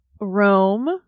Rome